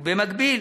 ובמקביל,